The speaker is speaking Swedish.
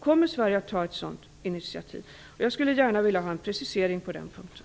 Kommer Sverige att ta ett sådant initiativ? Jag skulle som sagt gärna vilja få en precisering på den punkten.